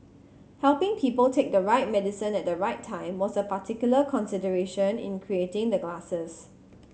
helping people take the right medicine at the right time was a particular consideration in creating the glasses